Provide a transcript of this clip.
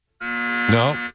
No